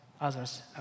others